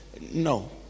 No